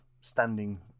standing